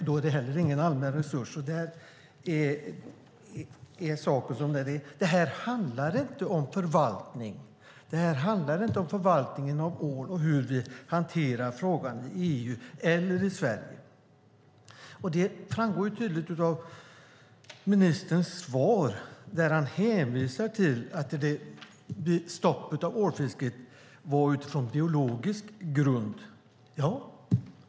Då är det heller ingen allmän resurs. Det här handlar dock inte om förvaltningen av ål och hur vi hanterar frågan i EU och i Sverige. Det framgår tydligt av ministerns svar när han hänvisar till att stoppet av ålfisket var utifrån biologisk grund.